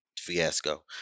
fiasco